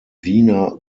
wiener